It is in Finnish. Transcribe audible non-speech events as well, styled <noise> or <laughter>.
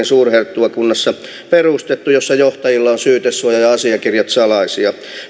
<unintelligible> suurherttuakunnassa perustettu jossa johtajilla on syytesuoja ja asiakirjat salaisia